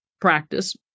practice